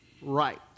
right